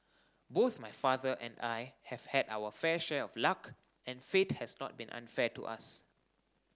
both my father and I have had our fair share of luck and fate has not been unfair to us